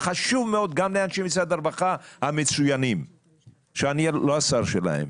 חשוב מאוד גם לאנשי משרד הרווחה המצוינים שאני לא השר שלהם,